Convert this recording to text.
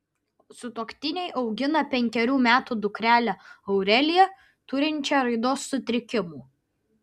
sutuoktiniai augina penkerių metų dukrelę aureliją turinčią raidos sutrikimų